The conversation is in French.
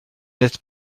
n’êtes